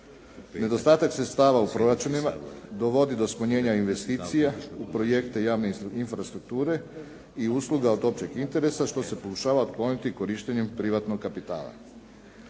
Nedostatak sredstava u proračunima dovodi do smanjenja investicija u projekte javne infrastrukture i usluga od općeg interesa, što se pokušava otkloniti korištenjem privatnog kapitala.